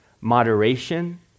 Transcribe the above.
moderation